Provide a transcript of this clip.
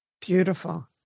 Beautiful